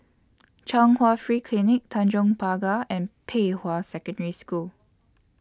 Chung Hwa Free Clinic Tanjong Pagar and Pei Hwa Secondary School